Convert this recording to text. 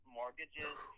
mortgages